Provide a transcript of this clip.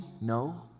No